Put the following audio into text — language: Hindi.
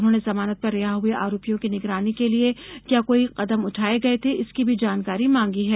उन्होंने जमानत पर रिहा हुए आरोपियों की निगरानी के लिये क्या कोई कदम उठाये गये थे इसकी भी जानकारी मांगी है